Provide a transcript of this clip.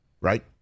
Right